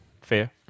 Fair